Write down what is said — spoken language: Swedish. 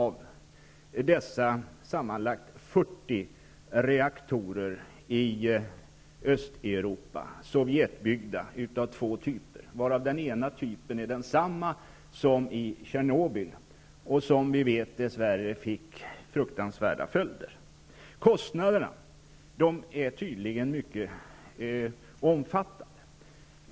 Dessa sammanlagt 40 reaktorer i Östeuropa är sovjetbyggda av två typer, och den ena typen är densamma som vid kärnkraftverket i Tjernobyl, där följderna, som vi vet, blev fruktansvärda. Kostnaderna för åtgärdande av reaktorerna är tydligen mycket stora.